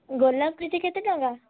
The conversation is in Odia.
ଗୋଲାପ୍ କେଜି କେତେ ଟଙ୍କା